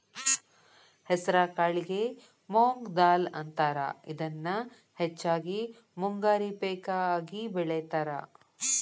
ಹೆಸರಕಾಳಿಗೆ ಮೊಂಗ್ ದಾಲ್ ಅಂತಾರ, ಇದನ್ನ ಹೆಚ್ಚಾಗಿ ಮುಂಗಾರಿ ಪೇಕ ಆಗಿ ಬೆಳೇತಾರ